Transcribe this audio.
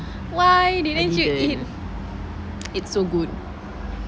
why didn't you eat it's so good